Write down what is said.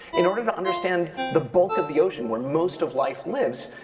in order to understand the bulk of the ocean, where most of life lives,